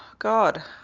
god,